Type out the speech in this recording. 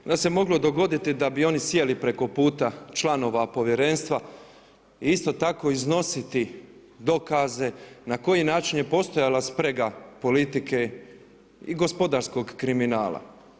Onda se moglo dogoditi da bi oni sjeli preko puta članova povjerenstva i isto tako iznositi dokaze na koji način je postojala sprega politike i gospodarskog kriminala.